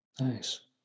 nice